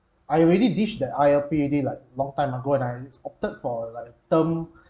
I already dished that I_L_P already like long time ago and I opted for like term